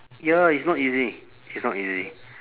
ya it's not easy it's not easy